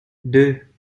deux